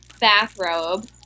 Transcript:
bathrobe